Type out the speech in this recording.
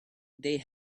they